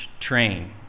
train